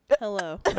Hello